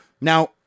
Now